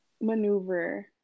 maneuver